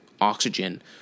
oxygen